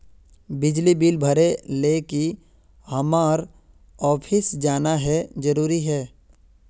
बिजली बिल भरे ले की हम्मर ऑफिस जाना है जरूरी है?